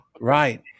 Right